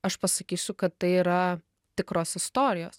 aš pasakysiu kad tai yra tikros istorijos